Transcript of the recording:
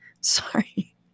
Sorry